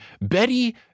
Betty